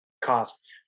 cost